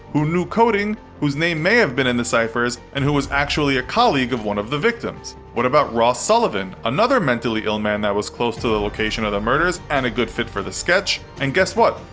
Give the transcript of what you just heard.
who knew coding, whose name may have been in the ciphers, and who was actually a colleague of one of the victims. what about ross sullivan, another mentally ill man that was close to the location of the murders and a good fit for the sketch. and guess what,